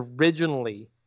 originally